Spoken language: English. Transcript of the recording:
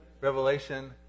Revelation